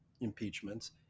impeachments